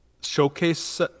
showcase